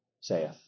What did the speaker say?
saith